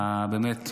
ובאמת,